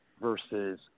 versus